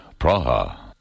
Praha